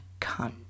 cunt